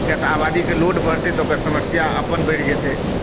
किआक तऽ आबादीके लोड बढ़तै तऽ ओकर समस्या अपन बढ़ि जेतै